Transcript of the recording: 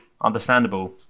understandable